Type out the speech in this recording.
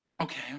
okay